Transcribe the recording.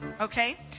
okay